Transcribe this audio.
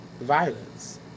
violence